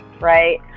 right